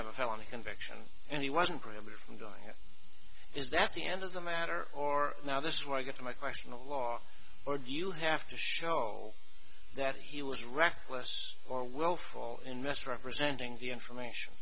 have a felony conviction and he wasn't really from going here is that the end of the matter or now this is where i get to my question the law or you have to show that he was reckless or will fall in misrepresenting the information